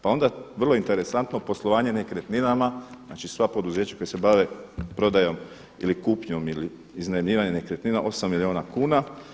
Pa onda vrlo interesantno poslovanje nekretninama, znači sva poduzeća koja se bave prodajom ili kupnjom ili iznajmljivanjem nekretnina 8 milijuna kuna.